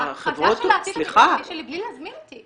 ההכחדה של העתיד המקצועי שלי בלי להזמין אותי?